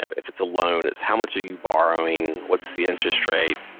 if it's a loan, it's how much are you borrowing, what's the interest rate,